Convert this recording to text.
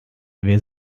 wer